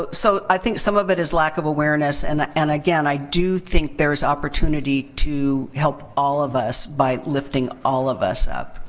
ah so, i think some of it is lack of awareness. and, ah and again, i do think there's opportunity to help all of us by lifting all of us up.